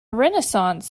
renaissance